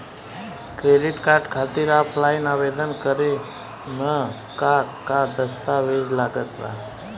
Credit card खातिर offline आवेदन करे म का का दस्तवेज लागत बा?